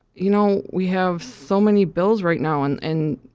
you know, we have so many bills right now, and, and